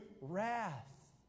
wrath